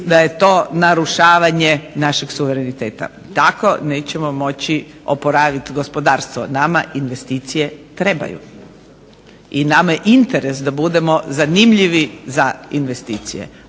da je to narušavanje našeg suvereniteta. Tako nećemo moći oporaviti gospodarstvo. Nama investicije trebaju. I nama je interes da budemo zanimljivi za investicije.